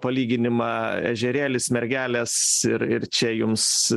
palyginimą ežerėlis mergelės ir ir čia jums